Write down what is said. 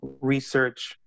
research